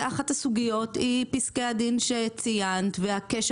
שאחת הסוגיות היא פסקי הדין שציינת והקשר